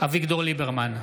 אביגדור ליברמן,